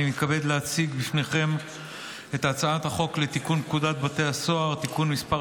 אני מתכבד להציג בפניכם את הצעת החוק לתיקון פקודת בתי הסוהר (תיקון מס'